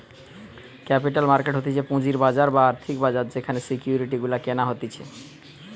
capital market হতিছে পুঁজির বাজার বা আর্থিক বাজার যেখানে সিকিউরিটি গুলা কেনা হতিছে